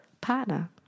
partner